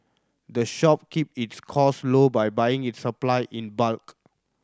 the shop keep its cost low by buying its supply in bulk